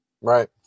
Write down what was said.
Right